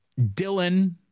Dylan